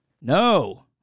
No